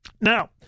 Now